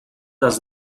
does